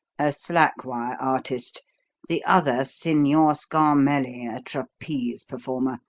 a slack-wire artist the other, signor scarmelli, a trapeze performer,